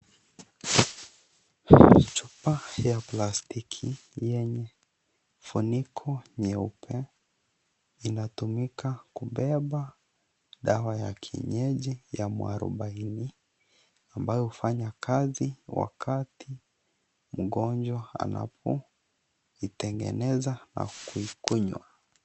Chupa ya plastiki yenye funiko nyeupe inatumika kubeba dawa ya kienyeji ya mwarubaini, ambayo hufanya kazi wakati mgonjwa anapo itengeneza na kuikunywa.